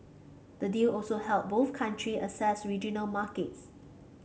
the deal also help both countries access regional markets